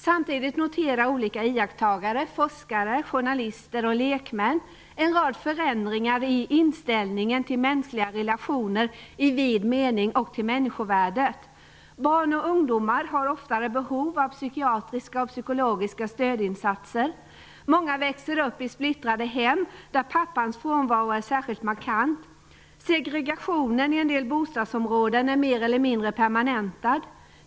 Samtidigt noterar olika iakttagare - forskare, journalister och lekmän - en rad förändringar i inställningen till mänskliga relationer i vid mening och till människovärdet. Barn och ungdomar har oftare behov av psykiatriska och psykologiska stödinsatser. Många växer upp i splittrade hem, där pappans frånvaro är särskilt markant. Segregationen i en del bostadsområden är mer eller mindre permantentad.